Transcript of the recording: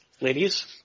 Ladies